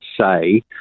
say